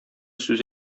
сүз